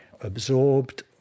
absorbed